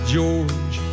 George